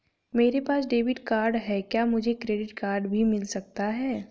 मेरे पास debit card है क्या मुझे क्रेडिट कार्ड भी मिल सकता है?